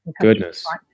Goodness